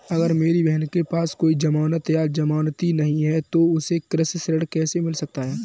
अगर मेरी बहन के पास कोई जमानत या जमानती नहीं है तो उसे कृषि ऋण कैसे मिल सकता है?